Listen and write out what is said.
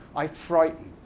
i frighten.